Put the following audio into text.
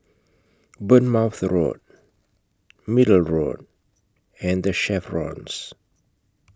Bournemouth Road Middle Road and The Chevrons